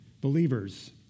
believers